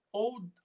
old